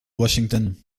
washington